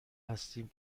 هستیم